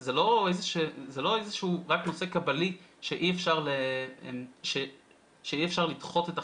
שזה לא איזשהו רק נושא קבלי שאי אפשר לדחות את החתונה.